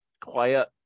quiet